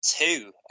two